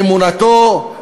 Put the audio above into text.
אמונתו,